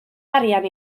arian